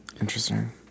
interesting